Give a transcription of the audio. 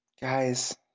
Guys